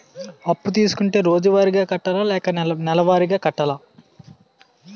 అప్పు తీసుకుంటే రోజువారిగా కట్టాలా? లేకపోతే నెలవారీగా కట్టాలా?